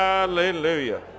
Hallelujah